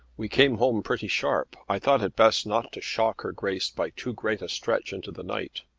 we came home pretty sharp. i thought it best not to shock her grace by too great a stretch into the night.